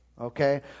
okay